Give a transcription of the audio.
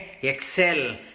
excel